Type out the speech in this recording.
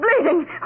bleeding